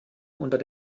unter